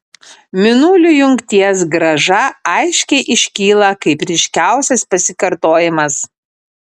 mėnulio jungties grąža aiškiai iškyla kaip ryškiausias pasikartojimas